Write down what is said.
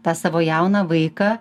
tą savo jauną vaiką